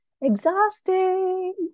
exhausting